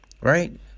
right